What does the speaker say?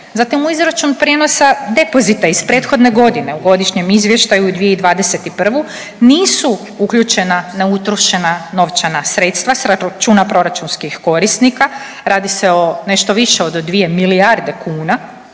Zatim u izračun prijenosa depozita iz prethodne godine u godišnjem izvještaju u 2021. nisu uključena neutrošena novčana sredstva s računa proračunskih korisnika, radi se o nešto više od 2 milijarde kuna.